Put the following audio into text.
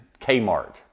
Kmart